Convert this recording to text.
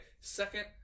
second